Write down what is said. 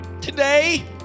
Today